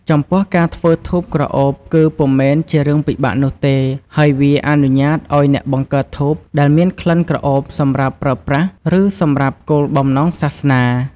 ចំពោះការធ្វើធូបក្រអូបគឺពុំមែនជារឿងពិបាកនោះទេហើយវាអនុញ្ញាតឱ្យអ្នកបង្កើតធូបដែលមានក្លិនក្រអូបសម្រាប់ប្រើប្រាស់ ឬសម្រាប់គោលបំណងសាសនា។